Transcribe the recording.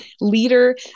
leader